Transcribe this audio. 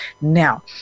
Now